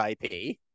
IP